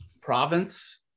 province